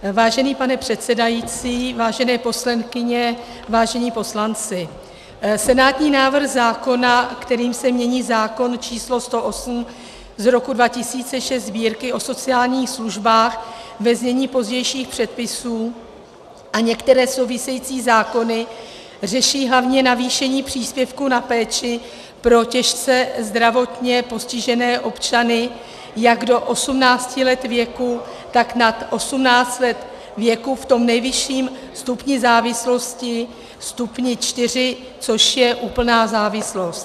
Vážený pane předsedající, vážené poslankyně, vážení poslanci, senátní návrh zákona, kterým se mění zákon číslo 108/2006 Sb., o sociálních službách, ve znění pozdějších předpisů, a některé související zákony, řeší hlavně navýšení příspěvku na péči pro těžce zdravotně postižené občany jak do 18 let věku, tak nad 18 let věku v tom nejvyšším stupni závislosti, stupni IV, což je úplná závislost.